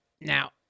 Now